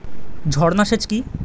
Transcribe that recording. ঝর্না সেচ কি?